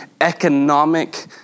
economic